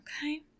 okay